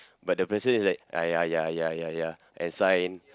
but the president is like ah ya ya ya ya ya ya ya and sign